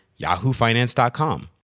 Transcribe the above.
yahoofinance.com